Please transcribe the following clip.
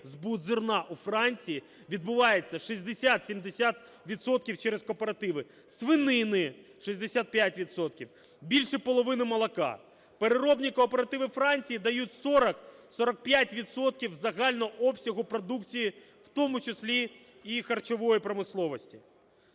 збут зерна у Франції відбувається 60-70 відсотків через кооперативи. Свинини – 65 відсотків, більше половини молока. Переробні кооперативи Франції дають 40-45 відсотків загального обсягу продукції, в тому числі і харчової промисловості.